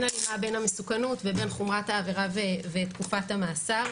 אין הלימה בין המסוכנות לבין חומרת העבירה ותקופת המאסר.